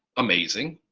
amazing,